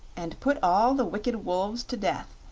and put all the wicked wolves to death.